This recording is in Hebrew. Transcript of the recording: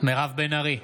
מירב בן ארי,